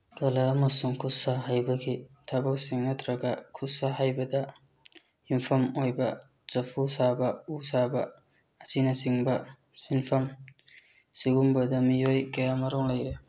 ꯀꯂꯥ ꯑꯃꯁꯨꯡ ꯈꯨꯠꯁꯥ ꯍꯩꯕꯒꯤ ꯊꯕꯛꯁꯤꯡ ꯅꯠꯇ꯭ꯔꯒ ꯈꯨꯠꯁꯥ ꯍꯩꯕꯗ ꯌꯨꯝꯐꯝ ꯑꯣꯏꯕ ꯆꯐꯨ ꯁꯥꯕ ꯎ ꯁꯥꯕ ꯑꯁꯤꯅꯆꯤꯡꯕ ꯁꯤꯟꯐꯝ ꯁꯤꯒꯨꯝꯕꯗ ꯃꯤꯑꯣꯏ ꯀꯌꯥꯃꯔꯨꯝ ꯂꯩꯔꯦ